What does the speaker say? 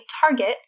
target